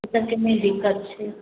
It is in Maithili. ओ सभके नहि दिक्कत छै